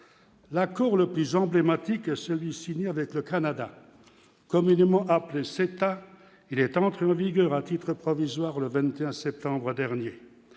l'accord le plus emblématique, celui signé avec le Canada, communément appelé c'est-à-, il est entré en vigueur à titre provisoire le 21 septembre dernier